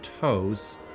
toes